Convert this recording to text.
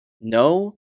No